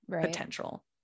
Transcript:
potential